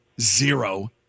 zero